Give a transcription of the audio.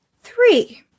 Three